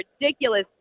ridiculous